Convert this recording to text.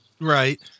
Right